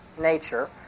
nature